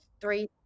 three